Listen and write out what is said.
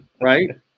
Right